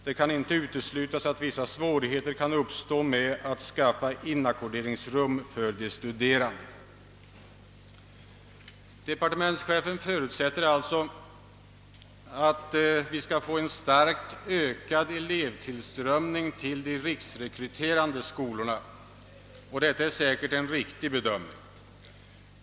Det kan inte uteslutas att vissa svårigheter kan uppstå med att skaffa inackorderingsrum för de studerande.» Departementschefen förutsätter alltså att vi skall få en starkt ökad elevtillströmning till de riksrekryterande skolorna, och detta är säkert en riktig bedömning.